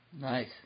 Nice